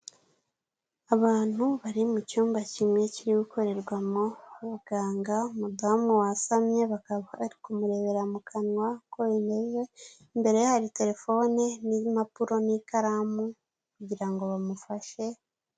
Abantu bari mu cyumba kimwe kiri gukorerwamo na muganga, umudamu wasamye bakaba ari kumurebera mu kanwa uko bimeze, imbere ye hari telefoni n'impapuro n'ikaramu kugira ngo bamufashe.